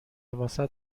واست